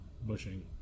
bushing